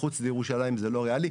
מחוץ לירושלים זה לא ריאלי.